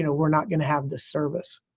you know we're not going to have this service.